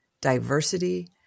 diversity